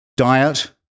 Diet